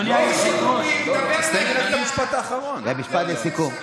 משפט לסיכום.